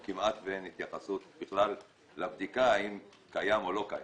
או כמעט ואין התייחסות לבדיקה אם קיים או לא קיים.